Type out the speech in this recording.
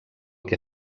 que